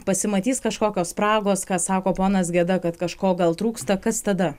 pasimatys kažkokios spragos ką sako ponas geda kad kažko gal trūksta kas tada